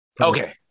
Okay